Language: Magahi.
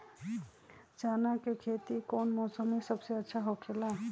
चाना के खेती कौन मौसम में सबसे अच्छा होखेला?